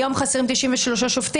היום חסרים 93 שופטים.